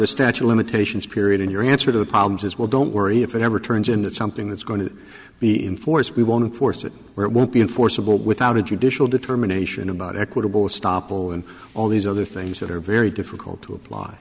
the statue of limitations period in your answer to the problems as well don't worry if it ever turns into something that's going to be in force we won't force it there won't be enforceable without a judicial determination about equitable stoppel and all these other things that are very difficult to apply